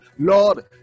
Lord